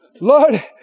Lord